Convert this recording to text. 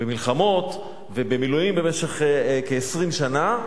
במלחמות ובמילואים במשך כ-20 שנה: